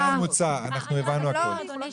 הבנו הכול.